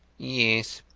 yes,